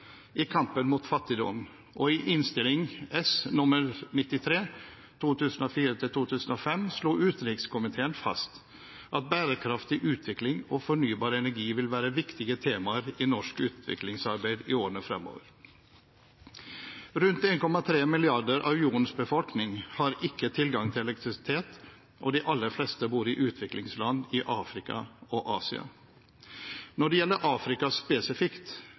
i kampen mot fattigdom, og i Innst. S nr. 93 for 2004–2005 slo utenrikskomiteen fast at bærekraftig utvikling og fornybar energi vil være viktige temaer i norsk utviklingsarbeid i årene fremover. Rundt 1,3 milliarder av jordens befolkning har ikke tilgang til elektrisitet, og de aller fleste bor i utviklingsland i Afrika og Asia. Når det gjelder Afrika spesifikt,